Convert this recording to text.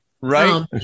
Right